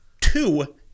two